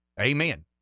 amen